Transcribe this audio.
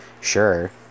sure